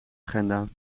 agenda